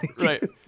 Right